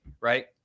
right